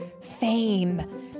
fame